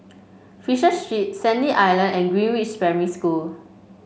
Fisher Street Sandy Island and Greenridge Primary School